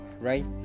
right